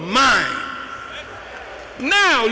mind no